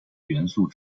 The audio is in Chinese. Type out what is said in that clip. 元素